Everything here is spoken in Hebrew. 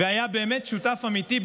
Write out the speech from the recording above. והיה באמת שותף אמיתי.